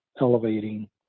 elevating